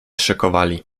szykowali